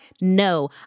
No